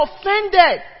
offended